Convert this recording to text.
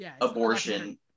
abortion